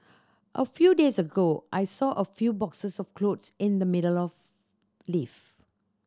a few days ago I saw a few boxes of clothes in the middle lift